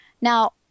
Now